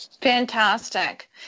Fantastic